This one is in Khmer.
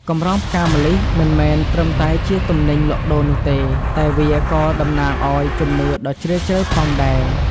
កម្រងផ្កាម្លិះមិនមែនត្រឹមតែជាទំនិញលក់ដូរនោះទេ តែវាក៏តំណាងឲ្យជំនឿដ៏ជ្រាលជ្រៅផងដែរ។